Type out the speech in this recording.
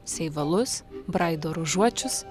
seivalus braido ruožuočius